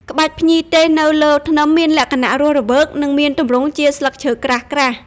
ក្បាច់ភ្ញីទេសនៅលើធ្នឹមមានលក្ខណៈរស់រវើក និងមានទម្រង់ជាស្លឹកឈើក្រាស់ៗ។